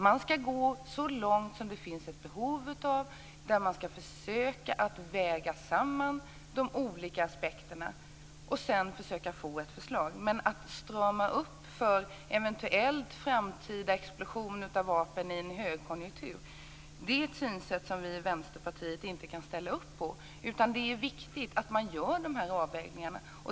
Man ska gå så långt som det finns ett behov av. Man ska försöka väga samman de olika aspekterna och försöka få fram ett förslag. Att strama upp för en eventuell framtida explosion av antalet vapen i en högkonjunktur är ett synsätt som vi i Vänsterpartiet inte kan ställa upp på. Det är viktigt att man gör de här avvägningarna.